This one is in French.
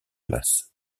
places